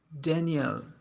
daniel